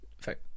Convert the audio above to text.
fact